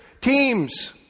Teams